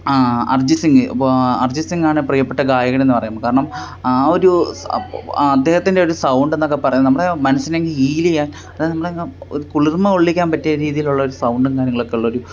ആ അർജിത് സിങ് അർജിത് സിങ്ങാണ് പ്രിയപ്പെട്ട ഗായകനെന്ന് പറയുന്നത് കാരണം ആ ഒരു അദ്ദേഹത്തിന്റെ ഒരു സൗണ്ടെന്നൊക്കെ പറയുന്നത് നമ്മുടെ മനസിനെ ഹീലിയ്യാൻ നമ്മുടെ ഒരു കുളിർമ കൊള്ളിക്കാൻ പറ്റിയ രീതിയിലുള്ളൊരു സൗണ്ടും കാര്യങ്ങളൊക്കെ ഉള്ളൊരു